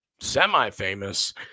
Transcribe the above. semi-famous